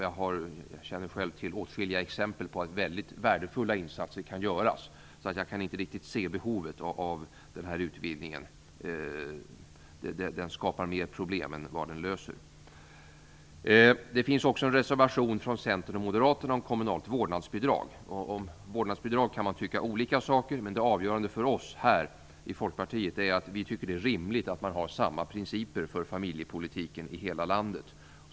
Jag känner själv till åtskilliga exempel på att mycket värdefulla insatser kan göras, så jag kan inte riktigt se behovet av den här utvidgningen. Den skapar fler problem än den löser. Det finns också en reservation från Centern och Moderaterna om kommunalt vårdnadsbidrag. Om vårdnadsbidrag kan man tycka olika saker, men det avgörande för oss i Folkpartiet är att vi tycker att det är rimligt att man har samma principer för familjepolitiken i hela landet.